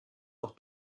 auch